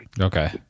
Okay